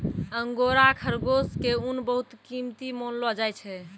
angora खरगोश के ऊन बहुत कीमती मानलो जाय छै